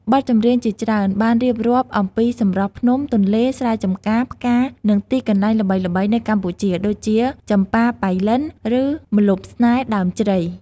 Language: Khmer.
បទចម្រៀងជាច្រើនបានរៀបរាប់អំពីសម្រស់ភ្នំ ទន្លេ ស្រែចំការ ផ្កា និងទីកន្លែងល្បីៗនៅកម្ពុជា ដូចជា ចំប៉ាប៉ៃលិន ឬ ម្លប់ស្នេហ៍ដើមជ្រៃ។